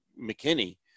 McKinney